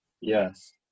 yes